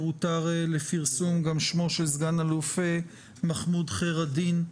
הותר לפרסום גם שמו של סגן אלוף מחמוד חיר-אדין,